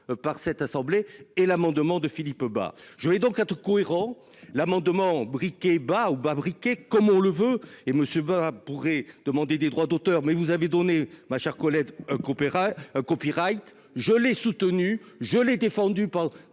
par cette assemblée et l'amendement de Philippe Bas. Je vais donc être cohérent. L'amendement briquet bah oh bah briquet comme on le veut et Monsieur bas pourrait demander des droits d'auteur mais vous avez donné ma chère collègue Opéra Copyright. Je l'ai soutenu, je l'ai défendu